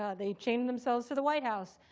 ah they chained themselves to the white house.